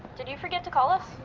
did you forget to call us?